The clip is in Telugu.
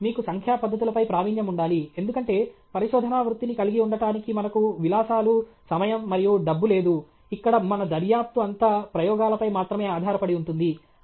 మీకు సంఖ్యా పద్ధతులపై ప్రావీణ్యం ఉండాలి ఎందుకంటే పరిశోధనా వృత్తిని కలిగి ఉండటానికి మనకు విలాసాలు సమయం మరియు డబ్బు లేదు ఇక్కడ మన దర్యాప్తు అంతా ప్రయోగాలపై మాత్రమే ఆధారపడి ఉంటుంది